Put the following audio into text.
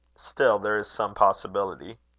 still, there is some possibility.